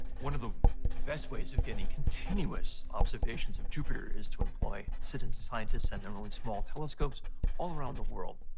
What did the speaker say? one of the best ways of getting continuous observations of jupiter is to employ citizen scientists and their own small telescopes all around the world.